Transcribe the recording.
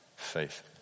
Faith